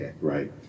right